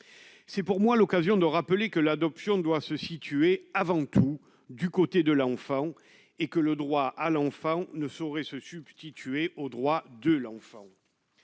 C'est pour moi l'occasion de rappeler que l'adoption doit se situer avant tout du côté de l'enfant et que le droit à l'enfant ne saurait se substituer aux droits de l'enfant,